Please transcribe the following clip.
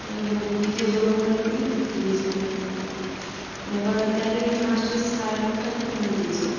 یِمَن یہِ تہِ ضروٗرَت پے تتہِ دی زیٚو تُہۍ یِمَن مےٚ وَرٲے تہِ اَگَر یِم کانٛہہ چیٖز ژھاڑنو تۄہہِ تہٕ یِمَن دی زیٚو